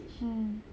mm